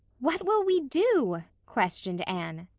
what will we do? questioned anne.